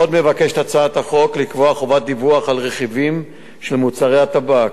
עוד מבקשת הצעת החוק לקבוע חובת דיווח על רכיבים של מוצרי הטבק.